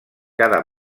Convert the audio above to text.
cada